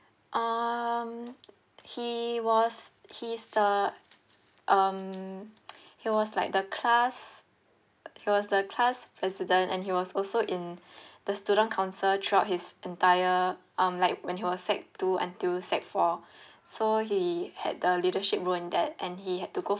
um he was he's the um he was like the class he was the class president and he was also in the student council throughout his entire um like when he was sec two until sec four so he had the leadership role in that and he had to go